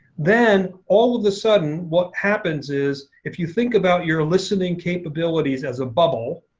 then all of a sudden what happens is if you think about your listening capabilities as a bubble,